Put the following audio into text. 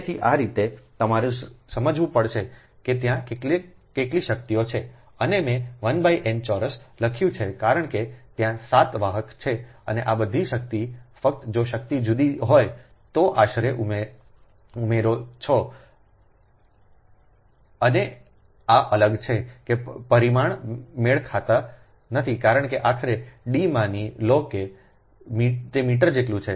તેથી આ રીતે તમારે સમજવું પડશે કે ત્યાં કેટલી શક્યતાઓ છે અને મેં 1 n ચોરસ લખ્યું છે કારણ કે ત્યાં 7 વાહક છે અને આ બધી શક્તિ ફક્ત જો શક્તિ જુદી હોય તો આશરે ઉમેરો કરે છે અને આ અલગ છે કે પરિમાણ મેળ ખાતું નથી કારણ કે આખરે D માની લો કે તે મીટર જેટલું છે